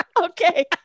okay